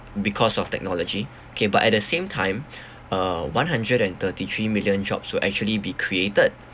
because of technology kay but at the same time uh one hundred and thirty three million jobs will actually be created